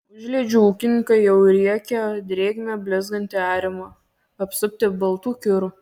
užliedžių ūkininkai jau riekia drėgme blizgantį arimą apsupti baltų kirų